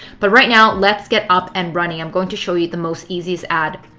but right now, let's get up and running. i am going to show you the most easiest ad.